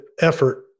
effort